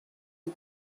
egg